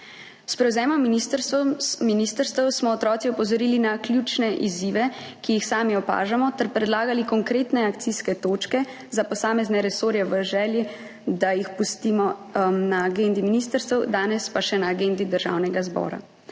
S prevzemom ministrstev smo otroci opozorili na ključne izzive, ki jih sami opažamo, ter predlagali konkretne akcijske točke za posamezne resorje v želji, da jih pustimo na agendi ministrstev, danes pa še na agendi Državnega zbora.